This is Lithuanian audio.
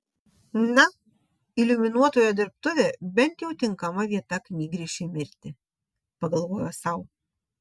na iliuminuotojo dirbtuvė bent jau tinkama vieta knygrišiui mirti pagalvojo sau